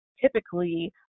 typically